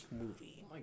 movie